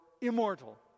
immortal